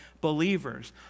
believers